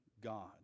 God